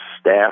staff